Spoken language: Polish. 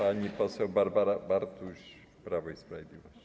Pani poseł Barbara Bartuś, Prawo i Sprawiedliwość.